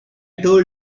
told